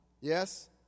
Yes